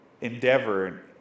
endeavor